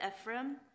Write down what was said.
Ephraim